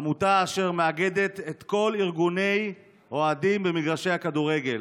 עמותה אשר מאגדת את כל ארגוני האוהדים במגרשי הכדורגל,